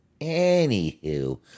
Anywho